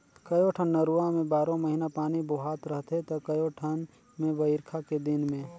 कयोठन नरूवा में बारो महिना पानी बोहात रहथे त कयोठन मे बइरखा के दिन में